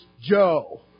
Joe